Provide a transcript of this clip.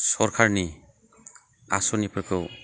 सरखारनि आस'निफोरखौ